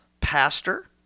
pastor